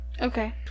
Okay